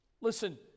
Listen